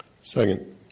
Second